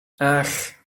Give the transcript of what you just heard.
ach